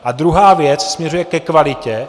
A druhá věc směřuje ke kvalitě.